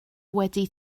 wedi